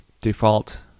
default